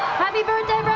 happy birthday,